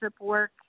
work